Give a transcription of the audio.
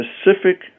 specific